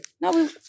No